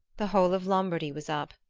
the whole of lombardy was up.